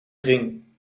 ring